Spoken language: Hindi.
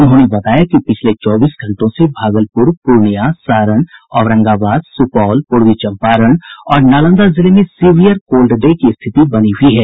उन्होंने बताया कि पिछले चौबीस घंटों से भागलपुर पूर्णिया सारण औरंगाबाद सुपौल पूर्वी चंपारण और नालंदा जिले में सीवियर कोल्ड डे की स्थिति बनी हुई है